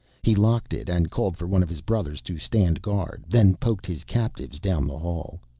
he locked it and called for one of his brothers to stand guard, then poked his captives down the hall.